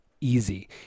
easy